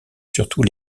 surtout